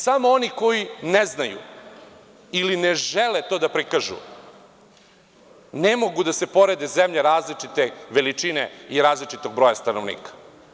Samo oni koji ne znaju ili ne žele to da prikažu, ne mogu da se porede zemlje različite veličine i različitog broja stanovnika.